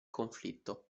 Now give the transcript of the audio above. conflitto